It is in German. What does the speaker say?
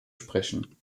sprechen